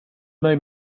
mig